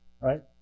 right